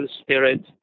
spirit